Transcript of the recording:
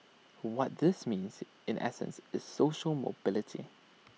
what this means in essence is social mobility